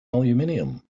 aluminium